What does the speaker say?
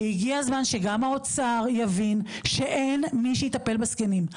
הגיע זמן שגם האוצר יבין שאין מי שיטפל בזקנים.